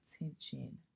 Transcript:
attention